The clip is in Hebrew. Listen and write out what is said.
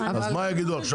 אז מה יגידו עכשיו,